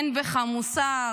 אין בך מוסר.